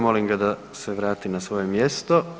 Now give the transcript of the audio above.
Molim ga da se vrati na svoje mjesto.